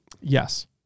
Yes